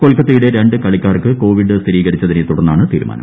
കൊൽക്കത്തയുടെ രണ്ട് കളിക്കാർക്ക് കോവിഡ് സ്ഥിരീകരിച്ചതിനെ തുടർന്നാണ് തീരുമാനം